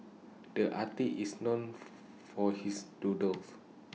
the artist is known for his doodles